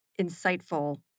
insightful